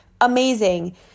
amazing